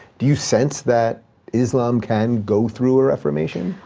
do you sense that islam can go through a reformation?